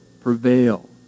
prevail